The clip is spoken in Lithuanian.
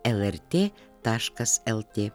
lrt taškas lt